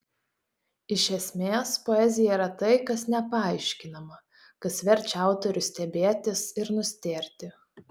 iš esmės poezija yra tai kas nepaaiškinama kas verčia autorių stebėtis ir nustėrti